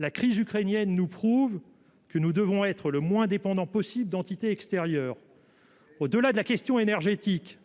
la crise ukrainienne nous prouve que nous devons être le moins dépendant possible d'entités extérieures au-delà de la question énergétique.